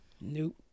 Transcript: Nope